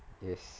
yes